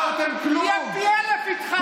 יהיה פי אלף איתך,